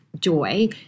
joy